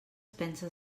pensa